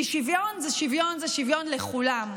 כי שוויון זה שוויון זה שוויון, לכולם.